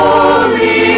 Holy